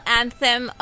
anthem